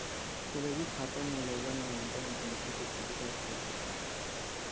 salary खाता म लोगन ल इंटरनेट बेंकिंग के सुबिधा घलोक दे जाथे